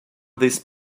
these